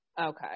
Okay